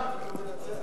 אפילו לא מנצח.